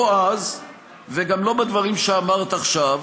לא אז וגם לא בדברים שאמרת עכשיו,